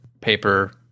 paper